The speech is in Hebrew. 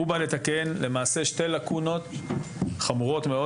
הוא בא לתקן למעשה שתי לקונות חמורות מאוד